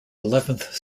eleventh